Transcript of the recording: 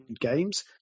games